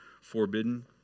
forbidden